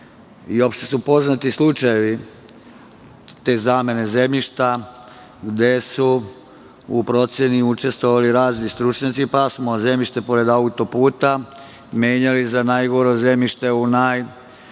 i opšte su poznati slučajevi te zamene zemljišta gde su u proceni učestvovali razni stručnjaci, pa smo zemljište pored autoputa menjali za najgora zemljišta u